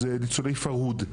זה ניצולי פרוד,